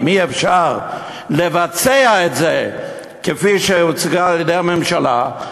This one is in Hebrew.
אם אי-אפשר לבצע את זה כפי שהיא הוצגה על-ידי הממשלה,